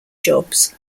jobs